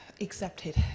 accepted